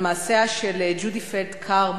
על מעשיה של ג'ודי פלד קאר,